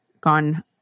gone